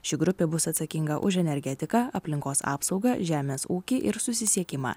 ši grupė bus atsakinga už energetiką aplinkos apsaugą žemės ūkį ir susisiekimą